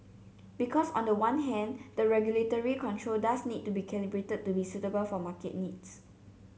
because on the one hand the regulatory control does need to be calibrated to be suitable for market needs